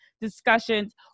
discussions